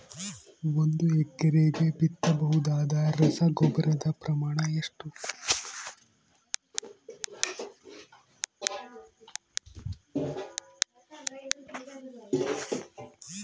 ಒಂದು ಎಕರೆಗೆ ಬಿತ್ತಬಹುದಾದ ರಸಗೊಬ್ಬರದ ಪ್ರಮಾಣ ಎಷ್ಟು?